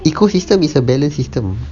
ecosystem is a balance system